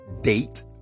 date